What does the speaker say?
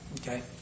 Okay